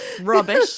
rubbish